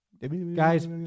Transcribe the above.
Guys